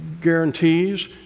guarantees